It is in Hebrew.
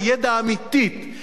שזה הזמן,